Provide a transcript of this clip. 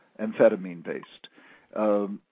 amphetamine-based